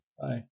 Bye